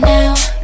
Now